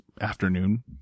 afternoon